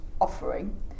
offering